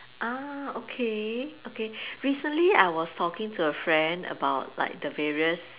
ah okay okay recently I was talking to a friend about like the various